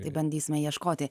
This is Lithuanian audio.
tai bandysime ieškoti